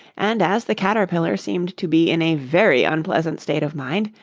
and as the caterpillar seemed to be in a very unpleasant state of mind,